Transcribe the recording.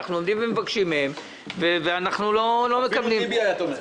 אנחנו עומדים ומבקשים - אנחנו לא מקבלים.